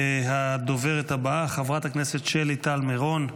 הדוברת הבאה, חברת הכנסת שלי טל מירון,